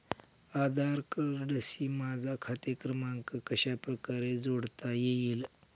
आधार कार्डशी माझा खाते क्रमांक कशाप्रकारे जोडता येईल?